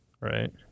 Right